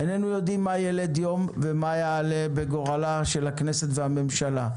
איננו יודעים מה יילד יום ומה יעלה בגורלה של הכנסת והממשלה,